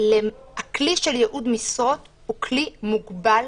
שהכלי של ייעוד משרות הוא כלי מוגבל,